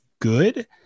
good